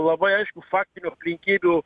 labai aiškiu faktinių aplinkybių